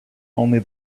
only